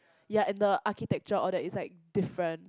ya and the architecture all that is like different